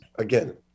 Again